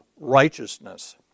righteousness